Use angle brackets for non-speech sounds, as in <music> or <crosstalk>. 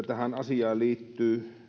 <unintelligible> tähän asiaan liittyy